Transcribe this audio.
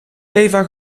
eva